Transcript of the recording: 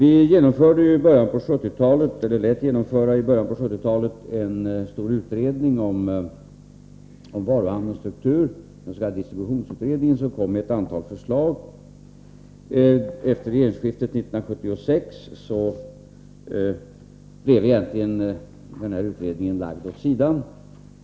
I början av 1970-talet lät vi ju genomföra en stor utredning om varuhandelns struktur, den s.k. distributionsutredningen. Ett antal förslag lades fram. Efter regeringsskiftet 1976 lades arbetet med utredningen egentligen åt sidan.